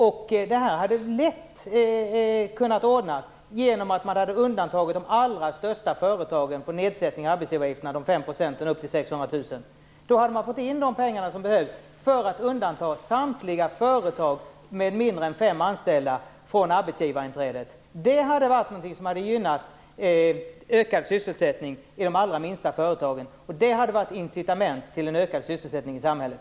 Det här hade dock lätt kunnat ordnas genom att undanta de allra största företagen från en nedsättning av arbetsgivaravgiften. Jag tänker då på de 5 procenten upp till 600 000 kr. Då hade man fått in de pengar som behövs för att undanta samtliga företag med mindre än fem anställda från arbetsgivarinträdet. Det skulle ha gynnat sysselsättningen i de allra minsta företagen och det hade varit ett incitament till en ökad sysselsättning i samhället.